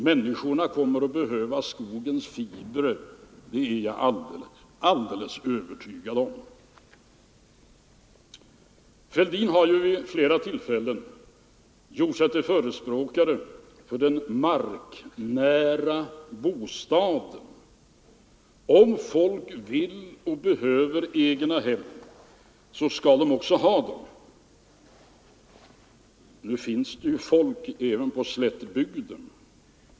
Människorna kommer att behöva Onsdagen den skogens fibrer — det är jag övertygad om. 6 november 1974 Herr Fälldin har vid flera tillfällen gjort sig till förespråkare för den marknära bostaden. Om folk vill ha och behöver egna hem skall de också — Allmänpolitisk ha möjligheten att skaffa sig det.